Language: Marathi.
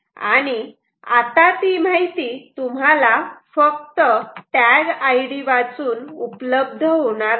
आणि आता ती माहिती तुम्हाला फक्त टॅग आयडी वाचून उपलब्ध होणार नाही